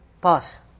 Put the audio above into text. pass